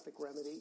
remedy